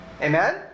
Amen